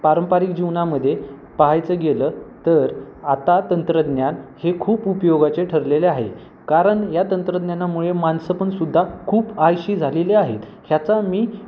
पारंपरिक जीवनामध्ये पाहायचं गेलं तर आता तंत्रज्ञान हे खूप उपयोगाचे ठरलेले आहे कारण या तंत्रज्ञानामुळे माणसं पण सुद्धा खूप आळशी झालेली आहेत ह्याचा मी